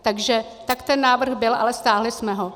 Takže tak ten návrh byl, ale stáhli jsme ho.